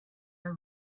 are